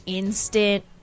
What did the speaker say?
instant